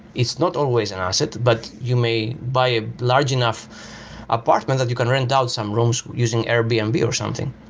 it's not always an asset, but you may buy a large enough apartment that you can rent out some rooms using airbnb or something.